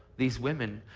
these women,